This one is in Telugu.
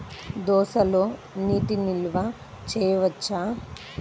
దోసలో నీటి నిల్వ చేయవచ్చా?